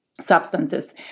substances